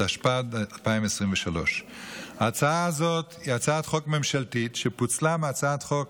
התשפ"ד 2023. ההצעה הזאת היא הצעת חוק ממשלתית שפוצלה מהצעת חוק